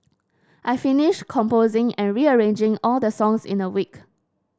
I finished composing and rearranging all the songs in a week